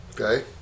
okay